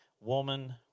woman